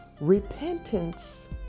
repentance